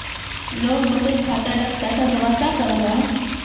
लोग बचत खाता डात पैसा जमा चाँ करो जाहा?